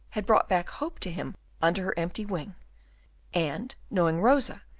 had brought back hope to him under her empty wing and knowing rosa,